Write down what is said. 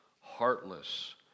heartless